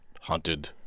haunted